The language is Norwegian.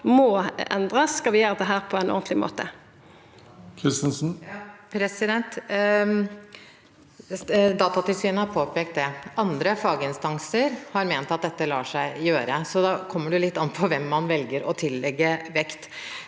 må endrast om vi skal gjera dette på ein ordentleg måte. Turid Kristensen (H) Datatilsynet har påpekt det. Andre faginstanser har ment at dette lar seg gjøre. Da kommer det litt an på hvem man velger å tillegge vekt.